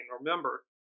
Remember